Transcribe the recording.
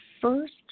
first